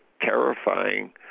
terrifying